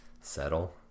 settle